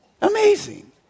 Amazing